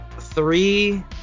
three